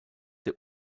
der